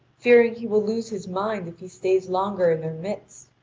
fearing he will lose his mind if he stays longer in their midst.